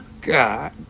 God